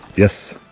yes